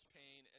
pain